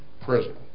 prison